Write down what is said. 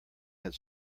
had